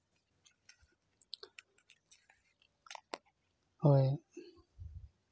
ᱦᱳᱭ